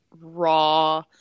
raw